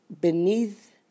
beneath